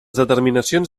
determinacions